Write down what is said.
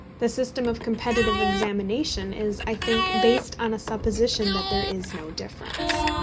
the system of competitive examination is, i think, based on a supposition that there is no difference.